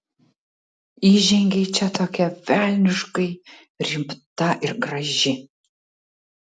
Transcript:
įžengei čia tokia velniškai rimta ir graži